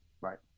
right